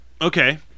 Okay